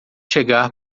chegar